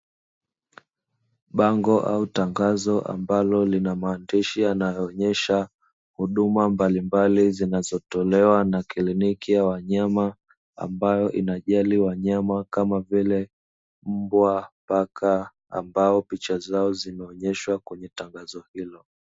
Bango au tangazo ambalo lina maandishi yanayoonyesha huduma mbalimbali zinazotolewa na kliniki ya wanyama, ambayo inajali wanyama kama vile mbwa, paka ambao picha zao zimeonyeshwa kwenye tangazo hilo.